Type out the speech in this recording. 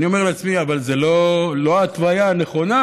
ואני אומר לעצמי: אבל זו לא ההתוויה הנכונה.